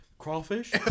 Crawfish